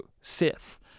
sith